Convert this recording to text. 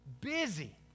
busy